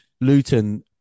Luton